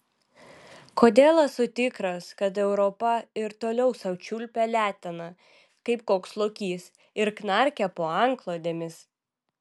kodėl esu tikras kad europa ir toliau sau čiulpia leteną kaip koks lokys ir knarkia po antklodėmis